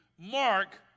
mark